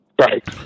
Right